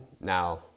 Now